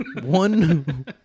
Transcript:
One